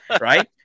right